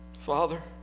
Father